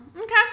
Okay